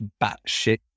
batshit